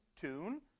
tune